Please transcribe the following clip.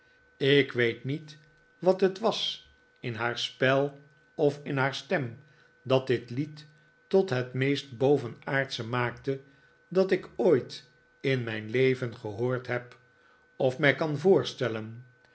ik weet niet wat het was in haar spel of in haar stem dat dit lied tot het meest bovenaardsche maakte dat ik ooit in mijn leven gehoord heb of mij kan voorstellen